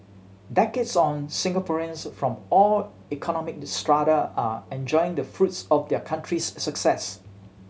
decades on Singaporeans from all economic strata are enjoying the fruits of the country's success